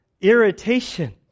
irritation